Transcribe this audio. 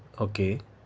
okay